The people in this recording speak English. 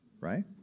right